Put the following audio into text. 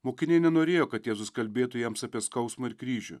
mokiniai nenorėjo kad jėzus kalbėtų jiems apie skausmą ir kryžių